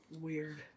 weird